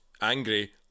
angry